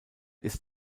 ist